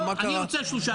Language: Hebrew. אני רוצה שלושה.